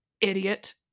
Idiot